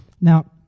Now